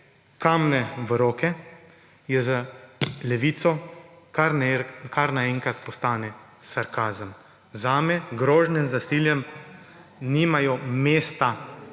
»kamne v roke« za Levico kar naenkrat postanejo sarkazem. Zame grožnje z nasiljem nimajo mesta